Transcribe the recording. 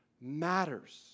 matters